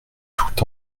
tout